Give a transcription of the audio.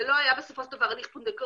זה לא היה בסופו של דבר הליך פונדקאות,